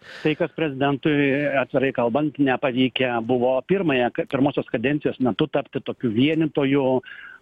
tai kas prezidentui atvirai kalbant nepavykę buvo pirmąją pirmosios kadencijos metu tapti tokiu vienytoju